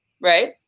right